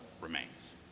remains